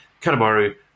Kanemaru